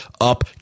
up